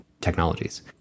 technologies